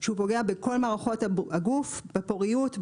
שהוא פוגע בכל מערכות הגוף: בפוריות,